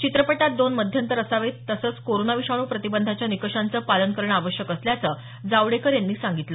चित्रपटात दोन मध्यंतर असावेत तसंच कोरोना विषाणू प्रतिबंधाच्या निकषांचं पालन करणं आवश्यक असल्याचं जावडेकर यांनी सांगितलं